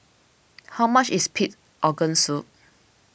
how much is Pig Organ Soup